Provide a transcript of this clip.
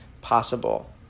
possible